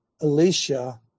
Alicia